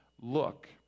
look